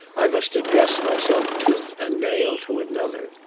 i must address myself tooth and nail to another.